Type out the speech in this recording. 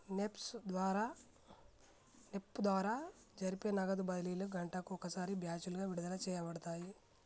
NEFT ద్వారా జరిపే నగదు బదిలీలు గంటకు ఒకసారి బ్యాచులుగా విడుదల చేయబడతాయి